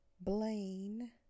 Blaine